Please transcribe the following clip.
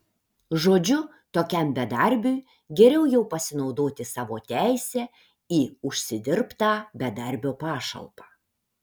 žodžiu tokiam bedarbiui geriau jau pasinaudoti savo teise į užsidirbtą bedarbio pašalpą